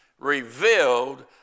revealed